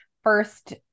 First